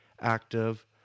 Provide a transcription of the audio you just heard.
active